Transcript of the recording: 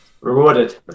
Rewarded